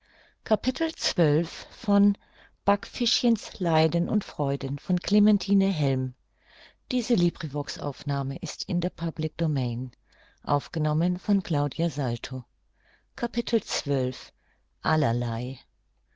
backfischchen's leiden und freuden